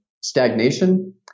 stagnation